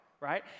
right